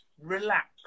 relax